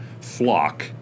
flock